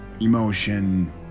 emotion